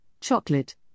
chocolate